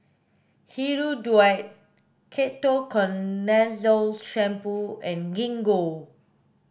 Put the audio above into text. Hirudoid Ketoconazole shampoo and Gingko